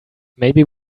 maybe